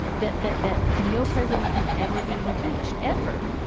that that that no president can ever be impeached ever,